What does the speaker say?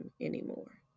anymore